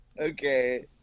Okay